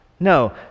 No